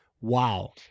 Wow